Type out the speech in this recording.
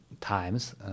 times